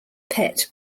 pet